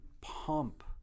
pump